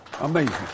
Amazing